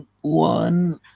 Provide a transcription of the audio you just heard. one